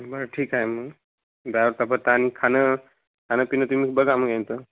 बरं ठीक आहे मग ड्रायवरचा भत्ता आणि खाणं खाणं पिणं तुम्ही बघा मग ते